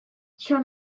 sur